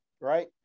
right